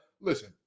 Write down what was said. Listen